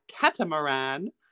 catamaran